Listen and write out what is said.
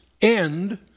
end